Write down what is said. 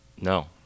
No